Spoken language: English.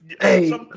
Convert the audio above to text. hey